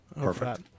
perfect